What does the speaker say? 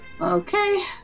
Okay